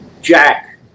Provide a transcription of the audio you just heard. Jack